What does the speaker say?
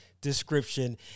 description